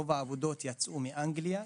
רוב העבודות יצאו מאנגליה,